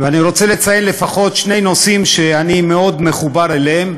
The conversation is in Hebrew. ואני רוצה לציין לפחות שני נושאים שאני מאוד מחובר אליהם,